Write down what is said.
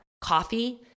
coffee